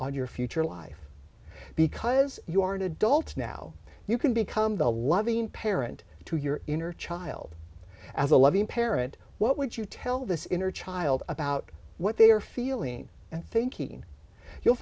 on your future life because you are an adult now you can become the loving parent to your inner child as a loving parent what would you tell this inner child about what they are feeling and thinking you'll